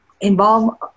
involve